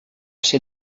ser